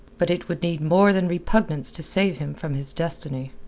but it would need more than repugnance to save him from his destiny.